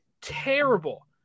terrible